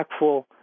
impactful